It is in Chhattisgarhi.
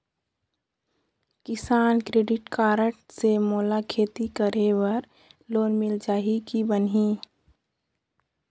किसान क्रेडिट कारड से मोला खेती करे बर लोन मिल जाहि की बनही??